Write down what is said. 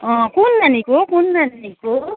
अँ कुन नानीको कुन नानीको